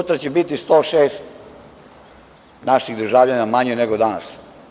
Sutra će biti 106 naših državljana manje nego danas.